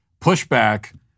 pushback